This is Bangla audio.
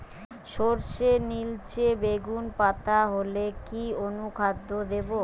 সরর্ষের নিলচে বেগুনি পাতা হলে কি অনুখাদ্য দেবো?